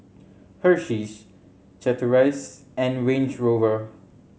Hersheys Chateraise and Range Rover